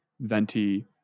venti